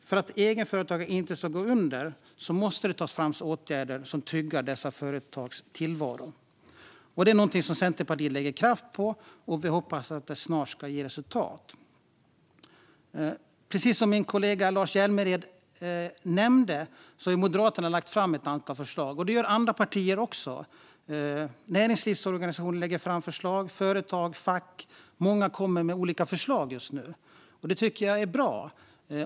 För att egenföretagare inte ska gå under måste det tas fram åtgärder som tryggar dessa företags tillvaro. Det är något som Centerpartiet lägger kraft på, och vi hoppas att det snart ska ge resultat. Som min kollega Lars Hjälmered nämnde har Moderaterna lagt fram ett antal förslag, och det gör också andra partier. Näringslivsorganisationer, företag och fack lägger fram förslag. Många kommer med olika förslag just nu, vilket jag tycker är bra.